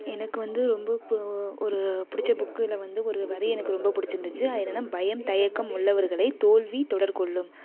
எனக்கு வந்து ரொம்ப ஒரு பிடிச்ச புக்கில் வந்து ஒரு வரி எனக்கு ரொம்ப பிடிச்சிருந்துச்சு அது என்னென்னா பயம் தயக்கம் உள்ளவர்களை தோல்வி தொடர்கொள்ளும்